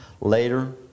Later